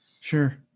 Sure